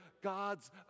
God's